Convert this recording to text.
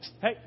Hey